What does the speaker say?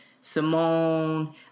Simone